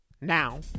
Now